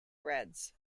reds